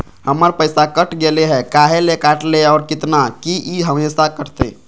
हमर पैसा कट गेलै हैं, काहे ले काटले है और कितना, की ई हमेसा कटतय?